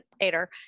later